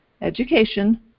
education